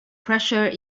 pressure